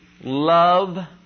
love